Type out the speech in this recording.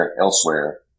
elsewhere